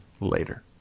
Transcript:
later